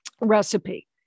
Recipe